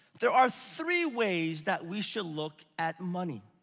there are three ways that we should look at money.